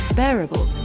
bearable